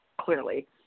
clearly